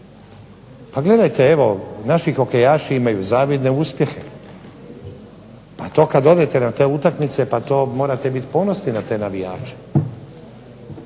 Pa gledajte, evo naši hokejaši imaju zavidne uspjehe, pa to kad odete na te utakmice, pa to morate biti ponosni na te navijače.